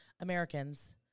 Americans